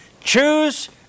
Choose